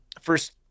First